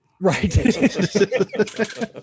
Right